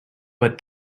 but